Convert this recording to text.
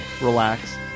relax